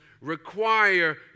require